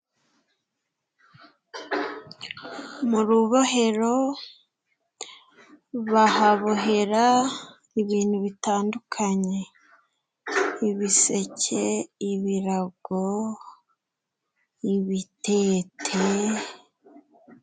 Mu rubohero bahabohera ibintu bitandukanye, ibiseke ,ibirago, ibitete.